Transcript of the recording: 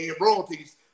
royalties